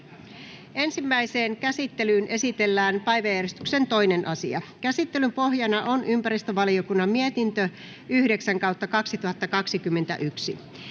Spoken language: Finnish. Ainoaan käsittelyyn esitellään päiväjärjestyksen 10. asia. Käsittelyn pohjana on tarkastusvaliokunnan mietintö TrVM